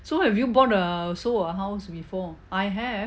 so have you bought err or sold a house before I have